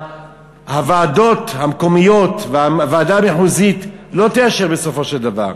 והוועדות המקומיות והוועדה המחוזית לא יאשרו בסופו של דבר?